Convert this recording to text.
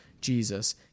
Jesus